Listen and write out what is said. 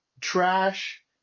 trash